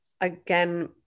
again